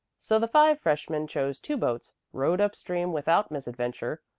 so the five freshmen chose two boats, rowed up stream without misadventure,